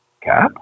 Cap